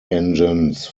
engines